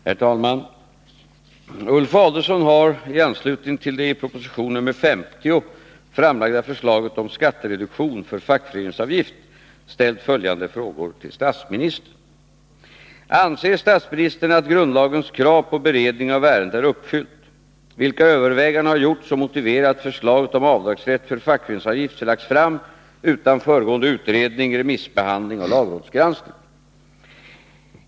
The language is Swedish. Herr talman! Ulf Adelsohn har — i anslutning till det i proposition 1982/83:50 framlagda förslaget om skattereduktion för fackföreningsavgift — ställt följande frågor till statsministern. Anser statsministern att grundlagens krav på beredning av ärenden är uppfyllt? Vilka överväganden har gjorts som motiverar att förslaget om avdragsrätt för fackföreningsavgift lagts fram utan föregående utredning, remissbehandling och lagrådsgranskning?